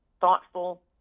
thoughtful